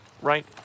right